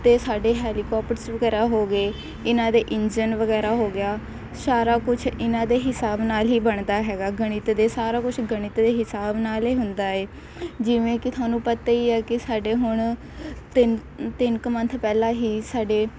ਅਤੇ ਸਾਡੇ ਹੈਰੀਕੋਪਰਸ ਵਗੈਰਾ ਹੋ ਗਏ ਇਹਨਾਂ ਦੇ ਇੰਜਨ ਵਗੈਰਾ ਹੋ ਗਿਆ ਸਾਰਾ ਕੁਛ ਇਹਨਾਂ ਦੇ ਹਿਸਾਬ ਨਾਲ ਹੀ ਬਣਦਾ ਹੈਗਾ ਗਣਿਤ ਦੇ ਸਾਰਾ ਕੁਛ ਗਣਿਤ ਦੇ ਹਿਸਾਬ ਨਾਲ ਹੈ ਹੁੰਦਾ ਹੈ ਜਿਵੇਂ ਕਿ ਤੁਹਾਨੂੰ ਪਤਾ ਹੀ ਹੈ ਕਿ ਸਾਡੇ ਹੁਣ ਤਿੰਨ ਤਿੰਨ ਕੁ ਮੰਨਥ ਪਹਿਲਾਂ ਹੀ ਸਾਡੇ